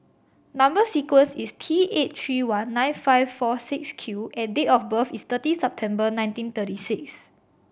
number sequence is T eight three one nine five four six Q and date of birth is thirty September nineteen thirty six